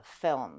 film